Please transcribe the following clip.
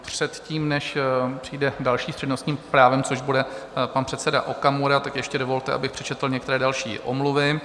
Předtím, než přijde další s přednostním právem, což bude pan předseda Okamura, tak ještě dovolte, abych přečetl některé další omluvy.